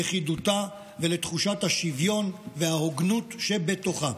ללכידותה ולתחושת השוויון וההוגנות שבתוכה.